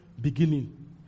beginning